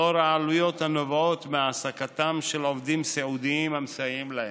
לאור העלויות הנובעות מהעסקתם של עובדים סיעודיים המסייעים להם.